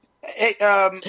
hey